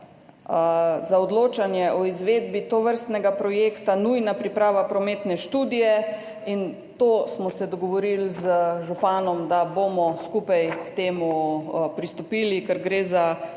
za odločanje o izvedbi tovrstnega projekta nujna priprava prometne študije. O tem smo se dogovorili z županom, da bomo skupaj k temu pristopili, ker gre za